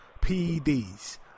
PEDs